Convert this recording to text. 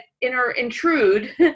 intrude